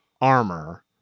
Armor